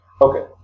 okay